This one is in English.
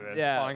yeah,